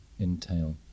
entail